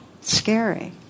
Scary